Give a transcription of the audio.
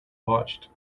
watched